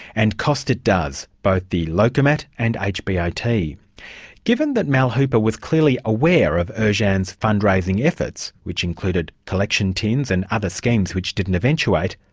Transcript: and cost it does, both the lokomat and hbot. yeah given that mal hooper was clearly aware of ercan's fund-raising efforts, which included collection tins and other schemes which didn't eventuate,